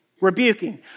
rebuking